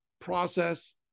process